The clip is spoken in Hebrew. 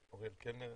אבוטבול.